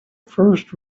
first